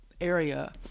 area